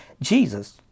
Jesus